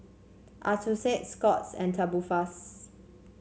Accucheck Scott's and Tubifast